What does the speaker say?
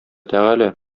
тәгалә